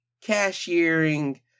cashiering